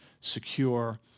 secure